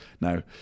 now